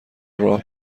راه